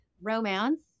romance